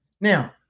Now